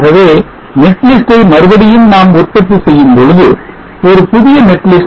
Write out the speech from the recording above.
ஆகவே netlist ஐ மறுபடியும் நாம் உற்பத்தி செய்யும் பொழுது ஒரு புதிய netlist pv